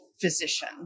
physician